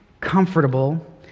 comfortable